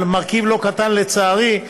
לצערי,